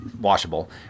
washable